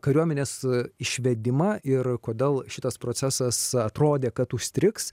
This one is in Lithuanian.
kariuomenės išvedimą ir kodėl šitas procesas atrodė kad užstrigs